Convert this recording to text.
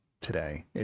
today